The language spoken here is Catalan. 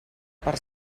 per